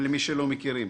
זה לא כזה דבר שאנחנו יכולים